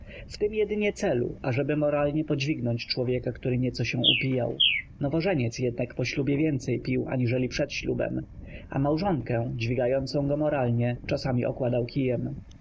tym jedynie celu ażeby moralnie podźwignąć człowieka który nieco się upijał nowożeniec jednak po ślubie więcej pił aniżeli przed ślubem a małżonkę dźwigającą go moralnie czasami okładał kijem